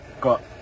got